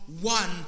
one